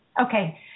okay